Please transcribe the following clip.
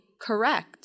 correct